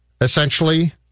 essentially